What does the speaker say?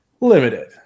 Limited